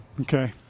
Okay